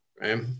right